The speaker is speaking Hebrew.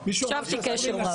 הקשבתי קשב רב.